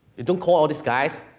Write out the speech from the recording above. don't call all these guys.